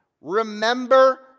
Remember